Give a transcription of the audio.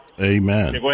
Amen